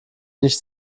nichts